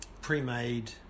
pre-made